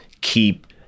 keep